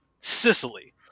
Sicily